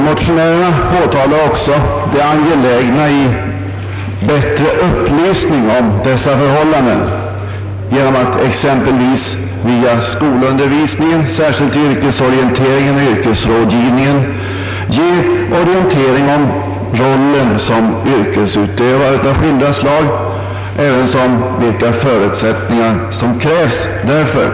Motionärerna framhåller också det angelägna i bättre upplysning om dessa förhållanden genom att det exempelvis via skolundervisningen — särskilt yrkesorienteringen och yrkesrådgivningen — ges orientering om rollen som yrkesutövare av olika slag och om vilka för utsättningar som krävs därför.